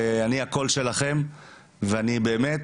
אני הקול שלכם ואני באמת,